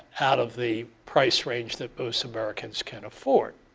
out of the price range that most americans can afford.